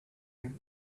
him